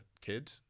kid